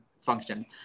function